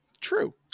True